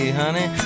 honey